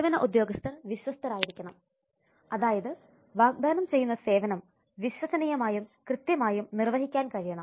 സേവന ഉദ്യോഗസ്ഥർ വിശ്വസ്ഥർ ആയിരിക്കണം അതായത് വാഗ്ദാനം ചെയ്യുന്ന സേവനം വിശ്വസനീയമായും കൃത്യമായും നിർവഹിക്കാൻ കഴിയണം